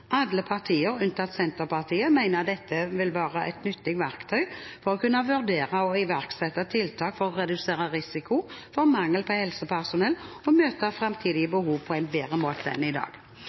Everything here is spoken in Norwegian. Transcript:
Alle partier, unntatt Senterpartiet, mener dette vil være et nyttig verktøy for å kunne vurdere og iverksette tiltak for å redusere risiko for mangel på helsepersonell og møte framtidige behov på en bedre måte enn i dag.